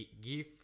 give